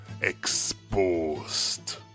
exposed